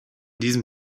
diesen